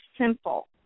simple